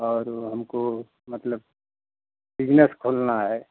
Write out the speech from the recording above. और वो हमको मतलब बिजनेस खोलना है